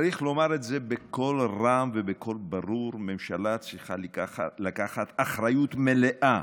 צריך לומר את זה בקול רם ובקול ברור: ממשלה צריכה לקחת אחריות מלאה